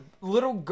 little